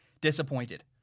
disappointed